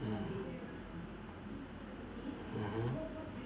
mm mmhmm